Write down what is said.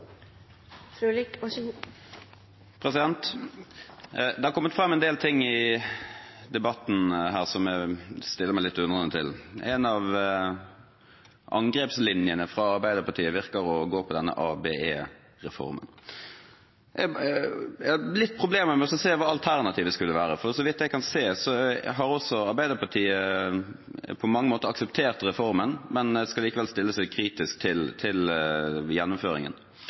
Det har kommet fram en del ting i debatten her jeg stiller meg litt undrende til. En av angrepslinjene fra Arbeiderpartiet virker å gå på denne ABE-reformen. Jeg har litt problemer med å se hva alternativet skulle være, for så vidt jeg kan se, har også Arbeiderpartiet på mange måter akseptert reformen, men skal likevel stille seg kritisk til gjennomføringen.